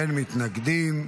אין מתנגדים.